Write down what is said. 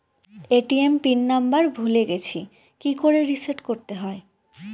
ATM pin number ভুলে গেছি কি করে রিসেট করতে হয়?